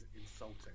insulting